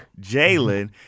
Jalen